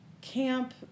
camp